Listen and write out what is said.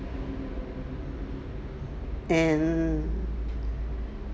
and